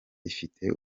ifite